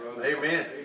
Amen